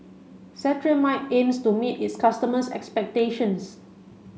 Cetrimide aims to meet its customers' expectations